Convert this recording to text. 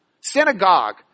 synagogue